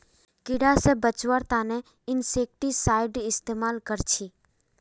कीड़ा से बचावार तने इंसेक्टिसाइड इस्तेमाल कर छी